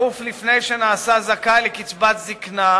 תכוף לפני שנעשה זכאי לקצבת זיקנה